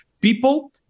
People